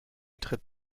tritt